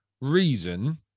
reason